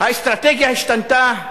האסטרטגיה השתנתה,